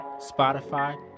Spotify